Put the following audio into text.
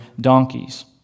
donkeys